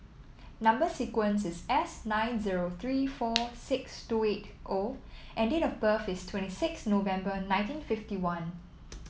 number sequence is S nine zero three four six two eight O and date of birth is twenty six November nineteen fifty one